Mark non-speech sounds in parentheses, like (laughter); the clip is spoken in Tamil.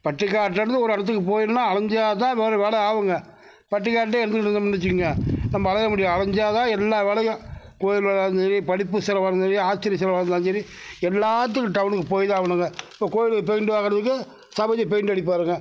பட்டிக்காட்டுலேருந்து ஒரு இடத்துக்கு போய்டணுன்னா அலைஞ்சா தான் ஒரு வேலை ஆகுங்க பட்டிக்காட்டுலையே இருந்திட்ருந்தோம்னு வச்சுக்கோங்க நம்ம அலைய முடியாது அலைஞ்சா தான் எல்லா வேலையும் கோவில் வேலையாக இருந்தாலும் சரி படிப்பு செலவாக இருந்தாலும் சரி ஆஸ்பத்திரி செலவாக இருந்தாலும் சரி எல்லாத்துக்கும் டவுனுக்கு போய் தான் ஆகணுங்க இப்போ கோவிலுக்கு பெயிண்டு வாங்குகிறத்துக்கு (unintelligible) பெயிண்ட் அடிப்பாருங்க